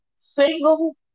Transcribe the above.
single